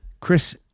Chris